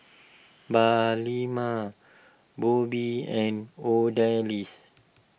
Palela Bobbie and Odalis